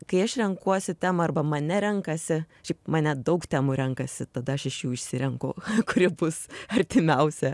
kai aš renkuosi temą arba mane renkasi šiaip mane daug temų renkasi tada aš iš jų išsirenku kuri bus artimiausia